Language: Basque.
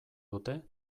dute